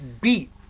beat